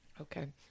Okay